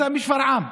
אתה משפרעם,